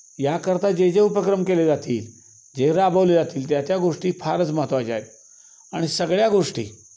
याकरता जे जे उपक्रम केले जातील जे राबवले जातील त्या त्या गोष्टी फारच महत्त्वाच्या आहेत आणि सगळ्या गोष्टी